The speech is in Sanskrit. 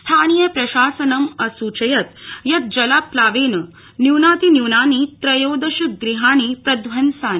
स्थानीय प्रशासनं अस्चयत् यत् जलाप्लावेन न्यूनातिन्यूना त्रयोदश गृहाणि प्रध्वंसानि